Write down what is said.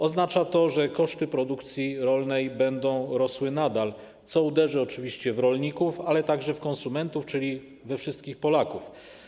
Oznacza to, że koszty produkcji rolnej będą nadal rosły, co uderzy oczywiście w rolników, ale także w konsumentów, czyli we wszystkich Polaków.